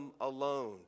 alone